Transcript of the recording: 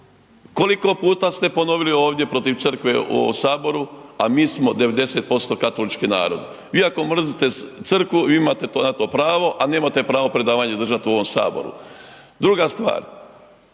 Koliko puta ste ponovili ovdje protiv Crkve u Saboru, a mi smo 90% katolički narod. Vi ako mrzite Crkvu, vi imate na to pravo, ali nemate pravo predavanja držati u ovom Saboru. Druga stvar.